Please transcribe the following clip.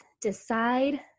Decide